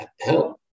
help